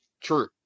true